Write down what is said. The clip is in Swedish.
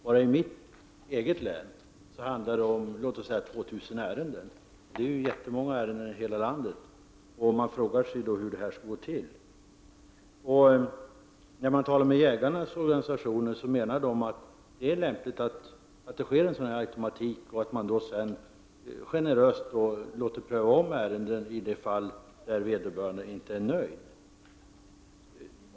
Bara i mitt hemlän handlar det om ungefär 2000 ärenden. Det blir jättemånga ärenden om man tar hela landet. Man frågar sig då hur detta skall gå till. Jägarnas organisationer menar att det är lämpligt att det sker en sådan här automatik och att man sedan generöst låter ompröva ärenden i de fall där vederbörande inte är nöjd.